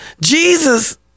Jesus